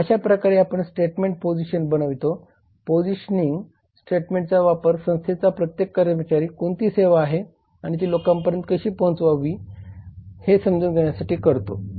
तर अशा प्रकारे आपण स्टेटमेंटमध्ये पोझिशन बनवितो पोजीशनिंग स्टेटमेंटचा वापर संस्थेचा प्रत्येक कर्मचारी कोणती सेवा आहे आणि ती लोकांपर्यंत कशी पोहोचवायची हे समजून घेण्यासाठी करतो